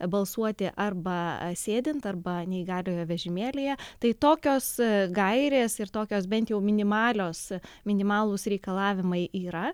balsuoti arba sėdint arba neįgaliojo vežimėlyje tai tokios gairės ir tokios bent jau minimalios minimalūs reikalavimai yra